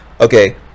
okay